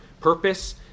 purpose